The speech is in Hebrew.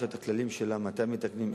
יש לה הכללים שלה מתי מתקנים,